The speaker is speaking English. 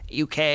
UK